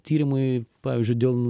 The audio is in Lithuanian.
tyrimui pavyzdžiui dėl